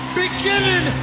beginning